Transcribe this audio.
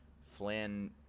flynn